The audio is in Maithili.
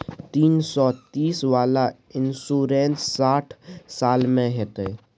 तीन सौ तीस वाला इन्सुरेंस साठ साल में होतै?